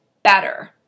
better